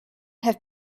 have